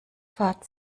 fahrt